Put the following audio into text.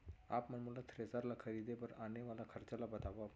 आप मन मोला थ्रेसर ल खरीदे बर आने वाला खरचा ल बतावव?